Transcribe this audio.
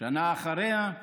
ובשנה שאחריה,